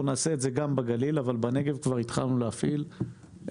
נעשה את זה גם בגליל אבל בנגב כר התחלנו להפעיל מכינה